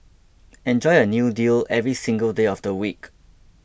enjoy a new deal every single day of the week